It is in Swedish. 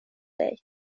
dig